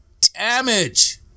damage